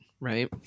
right